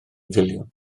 filiwn